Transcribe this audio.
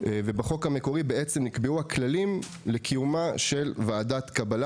ובחוק המקורי נקבעו הכללים לקיומה של ועדת קבלה